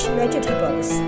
vegetables